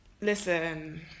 listen